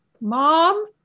Mom